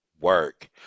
work